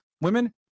women